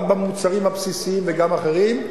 גם במוצרים הבסיסיים וגם אחרים,